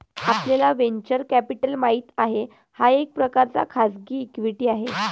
आपल्याला venture capital माहित आहे, हा एक प्रकारचा खाजगी इक्विटी आहे